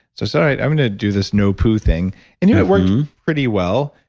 so so, i'm going to do this no poo thing and you know it worked pretty well.